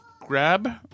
grab